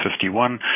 51